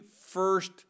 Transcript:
first